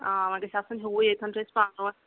آ وۄنۍ گژھِ آسُن ہیُوُے ییٚتیٚن چھِ أسۍ